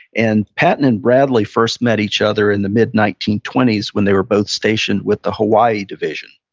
and patton and bradley first met each other in the mid nineteen twenty s when they were both stationed with the hawaii division.